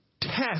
test